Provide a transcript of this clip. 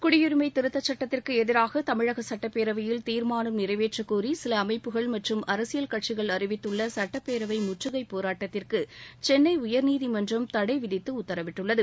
குடியரிமை திருத்தச் சுட்டத்திற்கு எதிராக தமிழக சுட்டப்பேரவையில் தீர்மானம் நிறைவேற்றக் கோரி சில அமைப்புகள் மற்றும் அரசியல் கட்சிகள் அறிவித்துள்ள சுட்டப்பேரவை முற்றுகைப் போராட்டத்திற்கு சென்னை உயர்நீதிமன்றம் தடை விதித்து உத்தரவிட்டுள்ளது